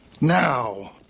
Now